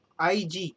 ig